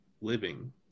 living